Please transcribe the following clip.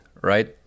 right